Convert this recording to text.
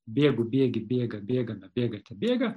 bėgu bėgi bėga bėgame bėgate bėga